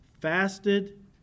fasted